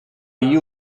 you